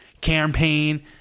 Campaign